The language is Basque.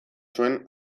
zuen